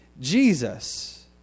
Jesus